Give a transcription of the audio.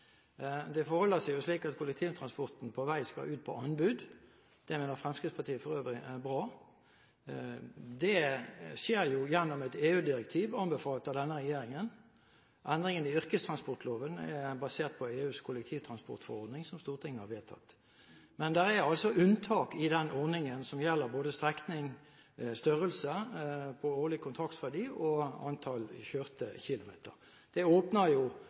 Fremskrittspartiet er bra. Det skjer gjennom et EU-direktiv anbefalt av denne regjeringen. Endringene i yrkestransportloven er basert på EUs kollektivtransportforordning som Stortinget har vedtatt. Men det er altså unntak i den forordningen som gjelder både strekningsstørrelse på årlig kontraktsverdi og antall kjørte kilometer. Det åpner jo